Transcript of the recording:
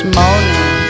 morning